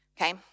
Okay